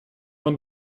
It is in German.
man